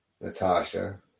Natasha